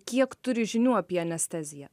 kiek turi žinių apie anesteziją